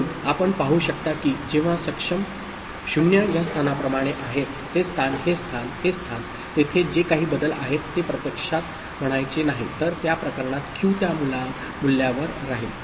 म्हणून आपण पाहू शकता की जेव्हा सक्षम 0 या स्थानाप्रमाणे आहे हे स्थान हे स्थान हे स्थान तेथे जे काही बदल आहेत ते प्रत्यक्षात म्हणायचे नाही तर त्या प्रकरणात Q त्या मूल्यावर राहील